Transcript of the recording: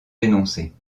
dénoncée